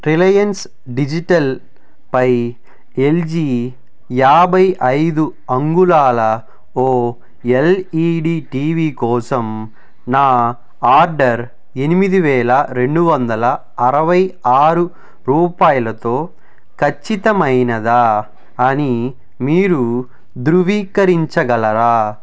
Reliance డిజిటల్పై L G యాభై ఐదు అంగుళాల O L E D T V కోసం నా ఆర్డర్ ఎనిమిది వేల రెండు వందల అరవై ఆరు రూపాయలతో ఖచ్చితమైనదా అని మీరు ధృవీకరించగలరా